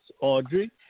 Audrey